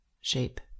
shape